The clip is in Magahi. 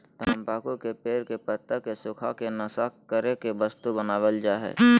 तम्बाकू के पेड़ के पत्ता के सुखा के नशा करे के वस्तु बनाल जा हइ